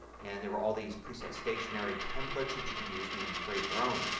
and there were all these preset stationery templates that you could use and you know create your own.